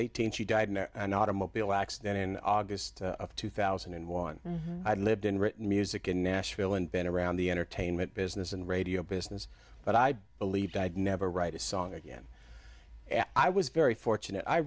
eighteen she died in an automobile accident in august of two thousand and one i'd lived in written music in nashville and been around the entertainment business and radio business but i believed i'd never write a song again and i was very fortunate i